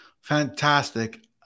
Fantastic